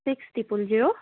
six triple zero